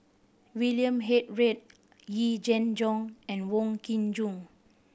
William Head Read Yee Jenn Jong and Wong Kin Jong